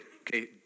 okay